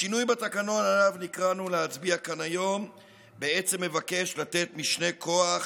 השינוי בתקנון שעליו נקראנו להצביע כאן היום בעצם מבקש לתת משנה כוח